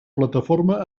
plataforma